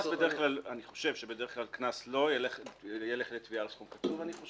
אני חושב שבדרך כלל קנס לא ילך לתביעה על סכום קצוב.